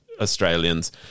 australians